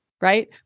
Right